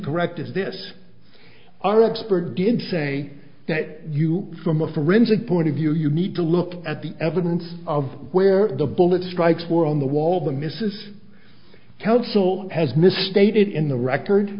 correct is this our expert did say that you from a forensic point of view you need to look at the evidence of where the bullet strikes were on the wall the mrs council has misstated in the record